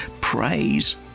Praise